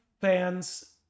fans